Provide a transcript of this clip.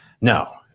no